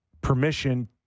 permission